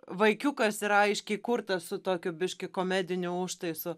vaikiukas yra aiškiai kurtas su tokiu biškį komediniu užtaisu